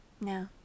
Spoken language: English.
No